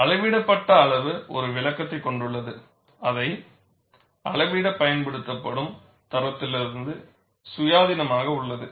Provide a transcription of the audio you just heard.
அளவிடப்பட்ட அளவு ஒரு விளக்கத்தைக் கொண்டுள்ளது அதை அளவிடப் பயன்படுத்தப்படும் தரத்திலிருந்து சுயாதீனமாக உள்ளது